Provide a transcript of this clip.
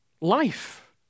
Life